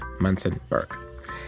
Munson-Burke